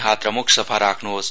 हात र म्ख सफा राख्न्होस